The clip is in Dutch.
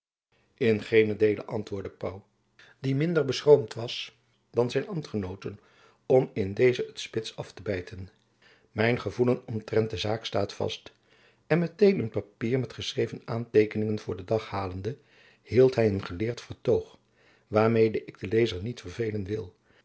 in geenen deele antwoordde pauw die minder beschroomd was dan zijn ambtgenooten om in dezen het spits af te bijten mijn gevoelen omtrent de zaak staat vast en met-een een papier met geschreven aanteekeningen voor den dag halende hield hy een geleerd vertoog waarmede ik den lezer niet vervelen wil